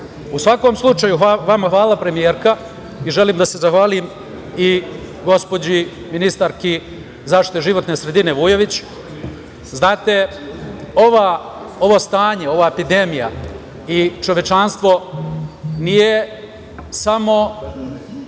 svakom slučaju, vama hvala premijerka. Želim da se zahvalim i gospođi ministarki za zaštitu životne sredine Vujović. Znate, ovo stanje, ova epidemija i čovečanstvo nije samo